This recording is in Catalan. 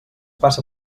passa